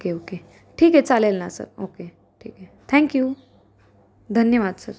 okay okay ठीक आहे चालेल ना सर ओके ठीक आहे थँक यू धन्यवाद सर